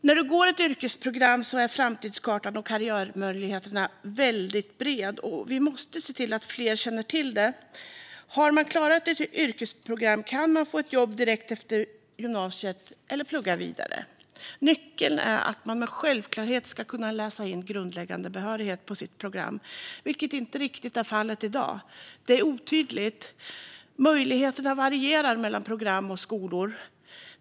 När man går ett yrkesprogram är framtidskartan och karriärmöjligheterna väldigt breda, och vi måste se till att fler känner till det. Har man klarat av ett yrkesprogram kan man få ett jobb direkt efter gymnasiet eller plugga vidare. Nyckeln är att man med självklarhet ska kunna läsa in grundläggande behörighet på sitt gymnasieprogram, vilket inte riktigt är fallet i dag. Det är otydligt. Möjligheterna varierar mellan program och skolor.